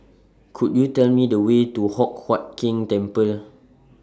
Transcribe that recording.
Could YOU Tell Me The Way to Hock Huat Keng Temple